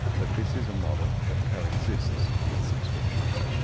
that this is a model that coexists with subscriptions,